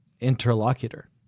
interlocutor